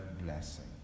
blessing